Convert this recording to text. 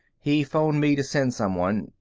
he phoned me to send someone.